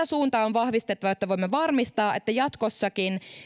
suuntaa on vahvistettava jotta voimme varmistaa että jatkossakin